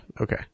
Okay